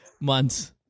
months